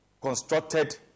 constructed